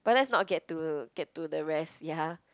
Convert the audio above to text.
but let's not get to get to the rest ya